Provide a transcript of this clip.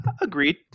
Agreed